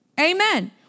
Amen